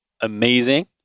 amazing